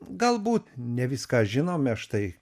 galbūt ne viską žinome štai